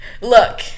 Look